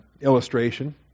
illustration